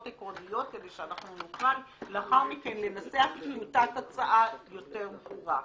עקרוניות כדי שאנחנו נוכל לאחר מכן לנסח טיוטת הצעה יותר ברורה.